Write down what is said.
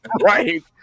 Right